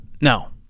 No